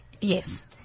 Yes